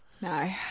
No